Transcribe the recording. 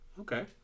okay